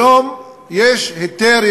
היום יש היתר,